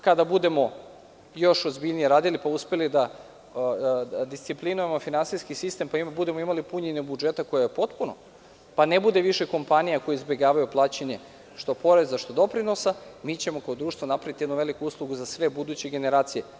Kada budemo još ozbiljnije radili, pa uspeli da disciplinujemo finansijski sistem, pa budemo imali punjenje budžeta koje je potpuno, pa ne bude više kompanija koje izbegavaju plaćanje što poreza, što doprinosa, mi ćemo kao društvo napraviti jednu veliku uslugu za sve buduće generacije.